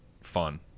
fun